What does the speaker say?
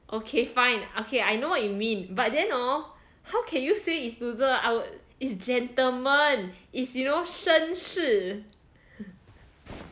okay fine okay I know what you mean but then hor how can you say is loser I will it's gentleman is you know 绅士